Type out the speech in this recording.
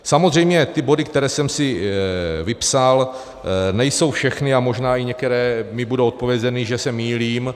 Samozřejmě, body, které jsem si vypsal, nejsou všechny a možná mi některé budou zodpovězeny, že se mýlím.